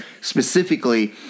specifically